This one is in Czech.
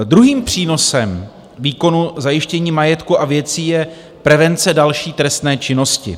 Druhým přínosem výkonu zajištění majetku a věcí je prevence další trestné činnosti.